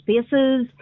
spaces